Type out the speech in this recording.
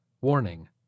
Warning